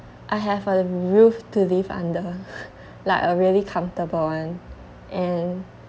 I have a roof to live under like a really comfortable one and